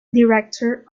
director